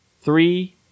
three